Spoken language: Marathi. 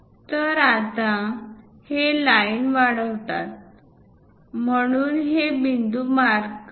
तर आता हे लाईन वाढवतात म्हणून हे बिंदू मार्क करा